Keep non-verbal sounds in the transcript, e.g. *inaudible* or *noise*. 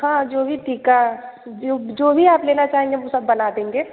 *unintelligible* टीका जो जो भी आप लेना चाहेंगे वो सब बना देंगे